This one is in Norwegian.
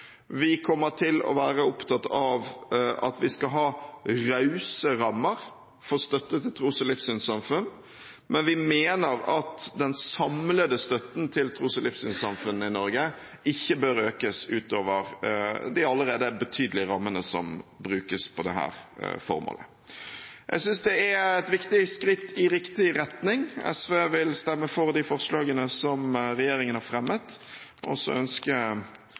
Vi kommer til å være opptatt av at vi skal ha rause rammer for støtte til tros- og livssynssamfunn, men vi mener at den samlede støtten til tros- og livssynssamfunnene i Norge ikke bør økes utover de allerede betydelige rammene som brukes på dette formålet. Jeg synes det er et viktig skritt i riktig retning. SV vil stemme for de forslagene som regjeringen har fremmet, og